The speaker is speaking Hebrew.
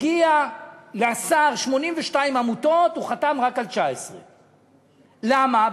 הגיעו לשר 82 עמותות, הוא חתם רק על 19. למה?